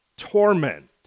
torment